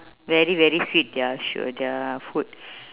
very very sweet their su~ their food